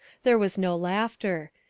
there was no laughter.